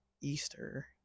Easter